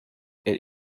than